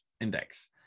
index